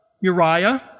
Uriah